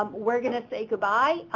um we're going to say goodbye.